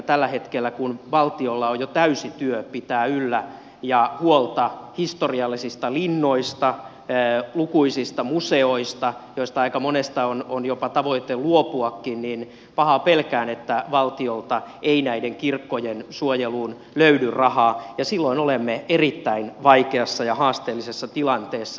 tällä hetkellä kun valtiolla on jo täysi työ pitää yllä ja huolta historiallisista linnoista lukuisista museoista joista aika monesta on jopa tavoite luopuakin niin itse pahaa pelkään että valtiolta ei näiden kirkkojen suojeluun löydy rahaa ja silloin olemme erittäin vaikeassa ja haasteellisessa tilanteessa